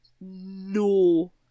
no